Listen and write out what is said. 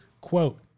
quote